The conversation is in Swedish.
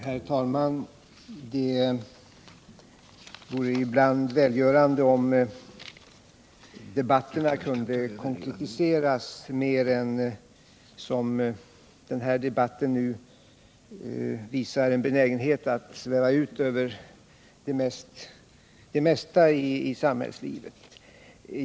Herr talman! Det vore välgörande om debatterna kunde konkretiseras mer än den här, som nu visar en benägenhet att sväva ut över det mesta i samhällslivet.